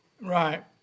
right